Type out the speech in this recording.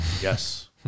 Yes